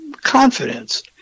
confidence